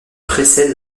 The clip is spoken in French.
précède